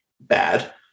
bad